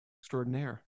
extraordinaire